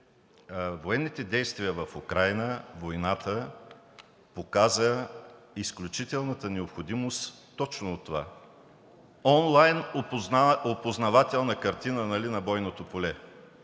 военните действия в Украйна, войната показа изключителната необходимост точно от това – онлайн опознавателна картина на бойното поле,